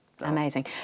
Amazing